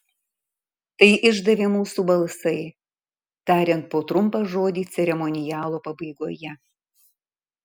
tai išdavė mūsų balsai tariant po trumpą žodį ceremonialo pabaigoje